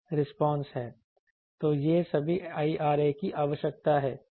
तो यह सभी IRA की आवश्यकता है